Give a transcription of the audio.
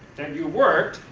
and you worked,